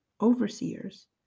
overseers